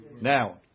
Now